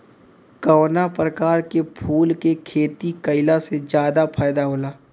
कवना प्रकार के फूल के खेती कइला से ज्यादा फायदा होला?